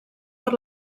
per